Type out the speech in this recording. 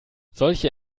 solche